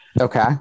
okay